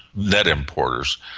nett importers,